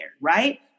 right